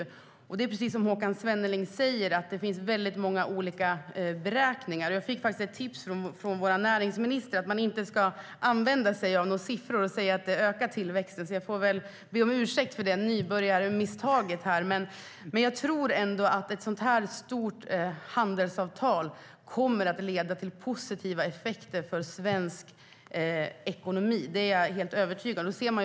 Som Håkan Svenneling sa finns det många olika beräkningar. Jag fick tipset av näringsministern att inte använda siffror och säga att tillväxten ökar, så jag får väl be om ursäkt för det nybörjarmisstaget. Jag tror ändå att ett så stort handelsavtal kommer att leda till positiva effekter för svensk ekonomi. Det är jag helt övertygad om.